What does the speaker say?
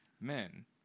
men